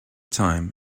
time